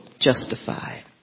justified